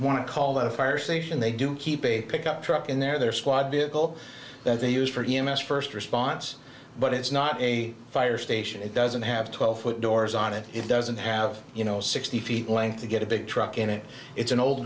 want to call the fire station they do keep a pickup truck in their squad vehicle that they use for d m s first response but it's not a fire station it doesn't have twelve foot doors on it it doesn't have you know sixty feet length to get a big truck in it it's an old